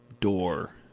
door